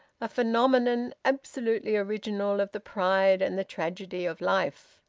a phenomenon absolutely original of the pride and the tragedy of life!